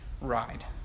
ride